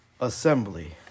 assembly